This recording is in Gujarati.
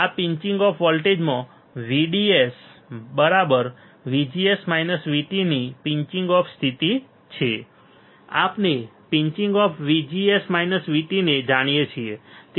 આ પિંચિંગ ઑફ વોલ્ટેજમાં VDS VGS VT ની પિંચિંગ ઑફ સ્થિતિ છે આપણે પિંચિંગ ઑફ VGS VT ને જાણીએ છીએ